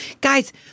guys